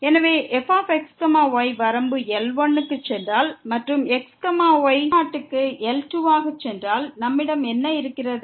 எனவே fx y வரம்பு L1 க்கு சென்றால் மற்றும் x y x0 க்கு L2 ஆக சென்றால் நம்மிடம் என்ன இருக்கிறது